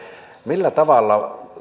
millä tavalla